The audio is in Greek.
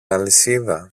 αλυσίδα